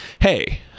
Hey